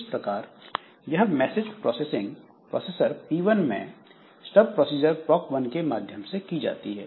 इस प्रकार यह मैसेज पासिंग प्रोसेसर P1 में स्टब प्रोसीजर proc 1 के माध्यम से की जाती है